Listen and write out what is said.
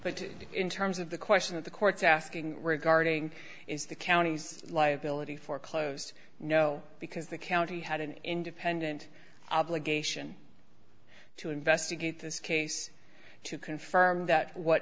but in terms of the question of the courts asking regarding is the county's liability for close no because the county had an independent obligation to investigate this case to confirm that what